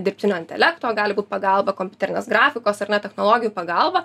dirbtinio intelekto gali būt pagalba kompiuterinės grafikos ar ne technologijų pagalba